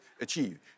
achieve